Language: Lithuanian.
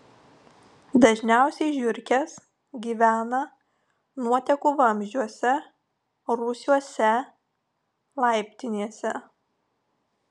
dažniausiai žiurkės gyvena nuotekų vamzdžiuose rūsiuose laiptinėse